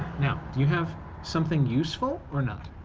now, do you have something useful. or not?